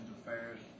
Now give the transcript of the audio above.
Affairs